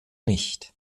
nicht